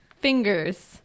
fingers